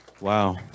Wow